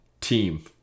team